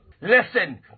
listen